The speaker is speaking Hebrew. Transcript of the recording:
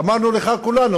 אמרנו לך כאן כולנו,